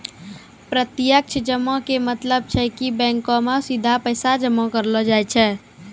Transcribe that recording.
प्रत्यक्ष जमा के मतलब छै कि बैंको मे सीधा पैसा जमा करलो जाय छै